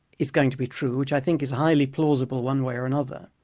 is going to be true, which i think is highly plausible one way or another,